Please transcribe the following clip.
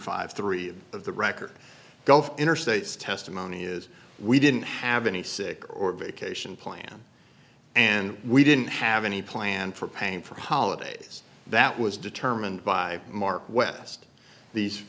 five three of the record gulf interstates testimony is we didn't have any sick or vacation plan and we didn't have any plan for paying for holidays that was determined by mark west these